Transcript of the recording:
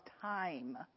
time